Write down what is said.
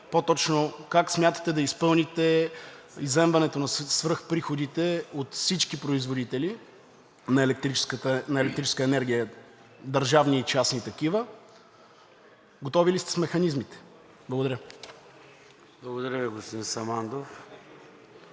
По-точно – как смятате да изпълните изземването на свръхприходите от всички производители на електрическа енергия – държавни и частни такива? Готови ли сте с механизмите? Благодаря. ПРЕДСЕДАТЕЛ